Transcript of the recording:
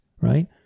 right